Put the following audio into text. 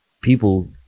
people